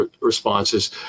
responses